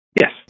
yes